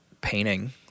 painting